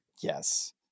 Yes